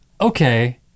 okay